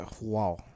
Wow